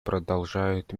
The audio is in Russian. продолжает